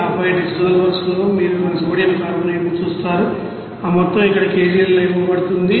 ఆపై ఈ డిస్సోల్వర్లో మీరు ఆ సోడియం కార్బోనేట్ను చూస్తారు ఆ మొత్తం ఇక్కడ కేజీలలో ఇవ్వబడుతుంది